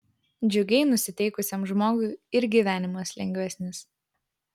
džiugiai nusiteikusiam žmogui ir gyvenimas lengvesnis